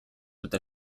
with